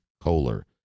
Kohler